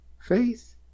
faith